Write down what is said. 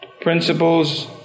Principles